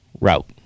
route